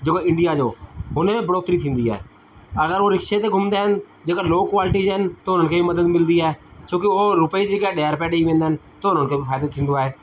जेको इंडिया जो हुनजी बढ़ोतरी थींदी आहे अगरि हो रिक्शे ते घुमदा आहिनि जेका लो क्वालिटी जा आहिनि त उन्हनि खे बि मदद मिलंदी आहे छोकी ओ रुपए जी जगह ॾह रुपिया ॾई वेंदा आहिनि त उन्हनि खे बि फ़ाइदो थींदो आहे